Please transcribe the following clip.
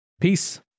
Peace